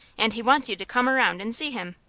and he wants you to come around and see him.